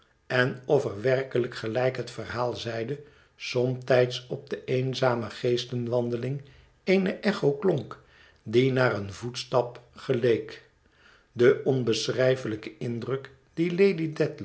en of er werkelijk gelijk het verhaal zeide somtijds op de eenzame geestenwandeling eene echo klonk die naar een voetstap geleek de onbeschrijfelijke indruk dien